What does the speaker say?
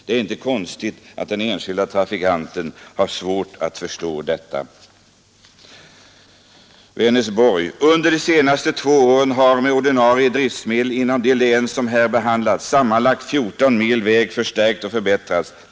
Det är inte konstigt att den enskilde trafikanten har svårt att förstå detta.” Vänersborg: ”Under de senaste två åren har med ordinarie driftmedel inom de län som här behandlas sammanlagt 14 mil väg förstärkts och förbättrats.